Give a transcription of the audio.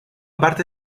parte